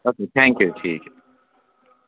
okay thank you ਠੀਕ ਹੈ